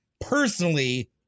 personally